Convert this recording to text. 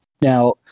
Now